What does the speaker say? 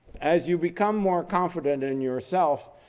as you become more comfortable in yourself,